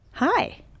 Hi